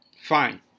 fine